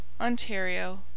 Ontario